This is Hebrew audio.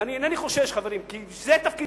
ואני אינני חושש, חברים, כי זה תפקידי.